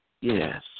Yes